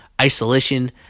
isolation